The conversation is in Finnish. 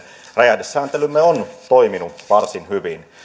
räjähdesääntelymme on toiminut varsin hyvin